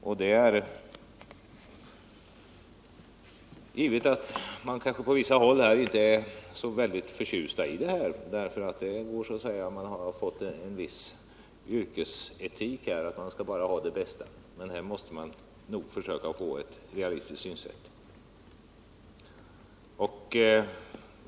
Kanske är man på vissa håll inte så väldigt förtjust över denna inställning, eftersom man har fått en viss yrkesetik som går ut på att man bara skall ha det bästa, men man måste nog försöka få ett realistiskt synsätt.